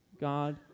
God